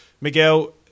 Miguel